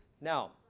Now